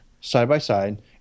side-by-side